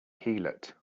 heelot